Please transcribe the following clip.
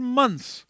months